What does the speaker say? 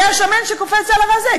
זה השמן שקופץ על הרזה,